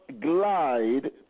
glide